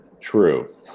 True